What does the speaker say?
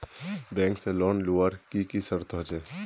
Bank से loan लुबार की की शर्त होचए?